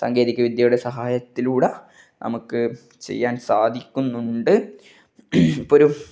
സാങ്കേതിക വിദ്യയുടെ സഹായത്തിലൂട നമുക്ക് ചെയ്യാന് സാധിക്കുന്നുണ്ട്